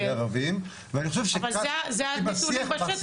הוא בידי הערבים --- אבל זה הביטוי בשטח.